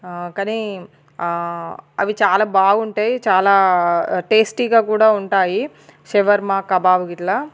కానీ అవి చాలా బాగుంటాయి చాలా టేస్టీగా కూడా ఉంటాయి షవర్మ కబాబ్ గిట్లా